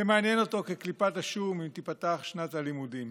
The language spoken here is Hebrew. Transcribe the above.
שמעניין אותו כקליפת השום אם תיפתח שנת הלימודים?